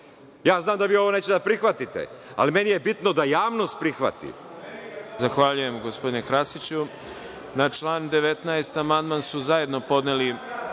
Znam da vi ovo nećete da prihvatite, ali meni je bitno da javnost prihvati.